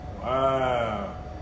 Wow